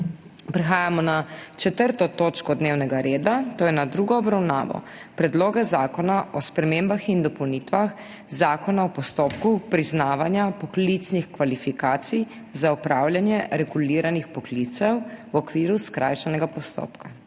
prekinjeno 4. točko dnevnega reda, to je s tretjo obravnavo Predloga zakona o spremembi in dopolnitvi Zakona o postopku priznavanja poklicnih kvalifikacij za opravljanje reguliranih poklicev v okviru skrajšanega postopka.